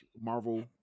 Marvel